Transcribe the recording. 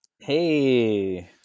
Hey